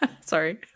Sorry